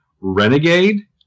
Renegade